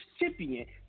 recipient